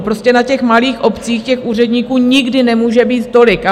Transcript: Prostě na těch malých obcích úředníků nikdy nemůže být tolik.